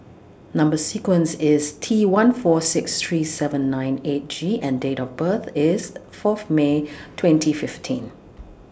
Number sequence IS T one four six three seven nine eight G and Date of birth IS four May twenty fifteen